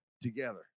together